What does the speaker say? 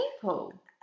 people